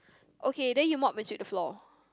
okay then you mop and sweep the floor